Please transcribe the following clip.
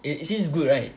it it seems good right